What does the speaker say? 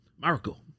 Miracle